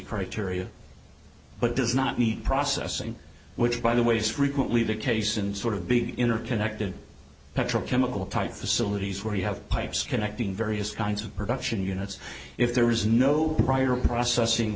criteria but does not need processing which by the way he's frequently the case in sort of be interconnected petrochemical type facilities where you have pipes connecting various kinds of production units if there is no prior processing